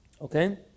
Okay